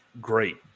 great